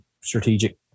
strategic